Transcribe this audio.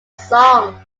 song